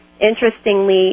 Interestingly